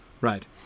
Right